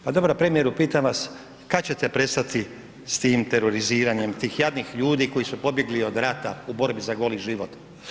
Pa dobro, premijeru, pitam vas, kad ćete prestati s tim teroriziranjem tih jadnih ljudi koji su pobjegli od rata u borbi za goli život?